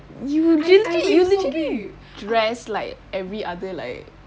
you actually literally dress like every other like